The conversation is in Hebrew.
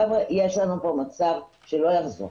חבר'ה, יש לנו כאן מצב שלא יחזור.